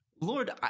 Lord